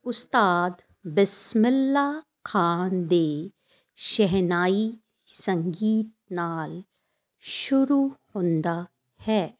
ਉਸਤਾਦ ਬਿਸਮਿੱਲਾ ਖਾਨ ਦੇ ਸ਼ਹਿਨਾਈ ਸੰਗੀਤ ਨਾਲ ਸ਼ੁਰੂ ਹੁੰਦਾ ਹੈ